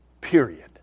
period